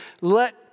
let